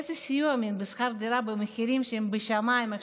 איזה סיוע בשכר דירה במחירים שהם עכשיו בשמיים?